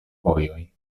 vojoj